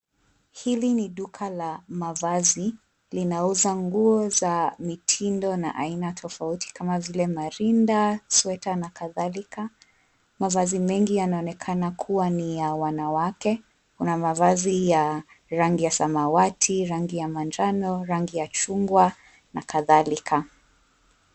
Hili ni duka la mavazi. Linauza nguo za mitindo na aina tofauti kama vile marinda, sweta na kadhalika. Mavazi mengi yanaonekana kuwa ni ya wanawake. Kuna mavazi ya rangi ya samawati, rangi ya manjano, rangi ya chungwa na kadhalika.